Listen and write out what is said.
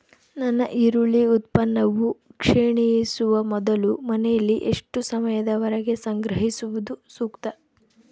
ನನ್ನ ಈರುಳ್ಳಿ ಉತ್ಪನ್ನವು ಕ್ಷೇಣಿಸುವ ಮೊದಲು ಮನೆಯಲ್ಲಿ ಎಷ್ಟು ಸಮಯದವರೆಗೆ ಸಂಗ್ರಹಿಸುವುದು ಸೂಕ್ತ?